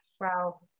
wow